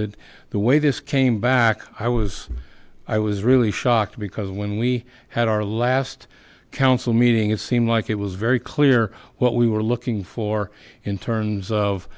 that the way this came back i was i was really shocked because when we had our last council meeting it seemed like it was very clear what we were looking for in terms of